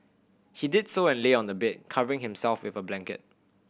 he did so and lay on the bed covering himself with a blanket